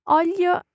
olio